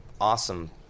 awesome